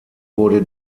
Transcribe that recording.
wurde